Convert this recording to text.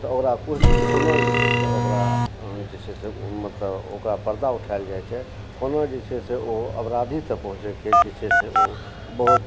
तऽ ओकरा कोना जे छै से ओकरा जे छै से मतलब ओकरा पर्दा उठाएल जाइ छै कोना जे छै से ओ अपराधी तक पहुँचैके जे छै से ओ बहुत